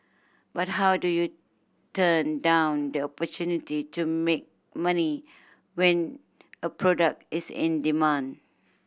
but how do you turn down the opportunity to make money when a product is in demand